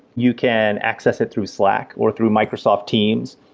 you can access it through slack, or through microsoft teams.